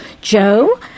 Joe